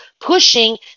pushing